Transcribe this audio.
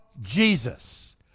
Jesus